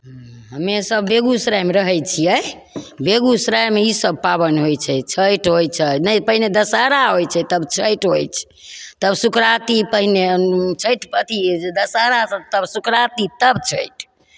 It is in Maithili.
हमेसभ बेगूसरायमे रहै छियै बेगूसरायमे इसभ पाबनि होइ छै छठि होइ छै नहि पहिने दशहरा होइ छै तब छठि होइ छै तब सुकराती पहिने छठि अथि दशहरा तब सुकराती तब छठि